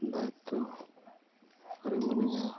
ᱫᱟᱭᱤᱛᱚ ᱨᱮ ᱢᱤᱱᱟᱹᱧᱟᱹ